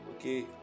Okay